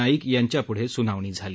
नाईक यांच्याप्ढे स्नावणी झाली